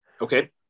okay